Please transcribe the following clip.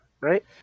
right